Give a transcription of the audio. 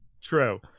True